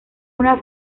una